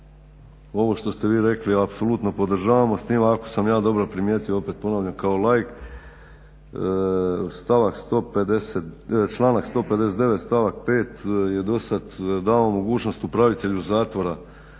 ovo što ste vi rekli apsolutno podržavamo, s tim ako sam ja dobro primijetio opet ponavljam kao laik, članak 159. stavak 5. je do sad davao mogućnost upravitelju zatvora